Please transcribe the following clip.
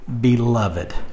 Beloved